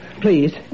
Please